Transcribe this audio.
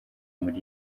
muri